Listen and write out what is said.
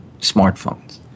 smartphones